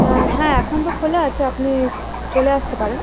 হ্যাঁ এখন তো খোলা আছে আপনি চলে আসতে পারেন